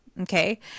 Okay